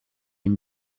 une